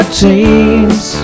teams